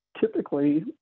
typically